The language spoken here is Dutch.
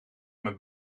mijn